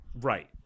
right